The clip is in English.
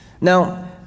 Now